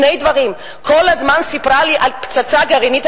שני דברים: כל הזמן סיפרה לי על פצצה גרעינית